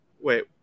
wait